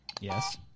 Yes